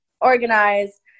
organize